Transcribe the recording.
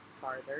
farther